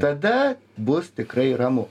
tada bus tikrai ramu